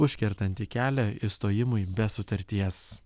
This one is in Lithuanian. užkertantį kelią išstojimui be sutarties